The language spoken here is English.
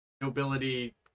nobility